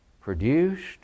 Produced